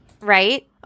Right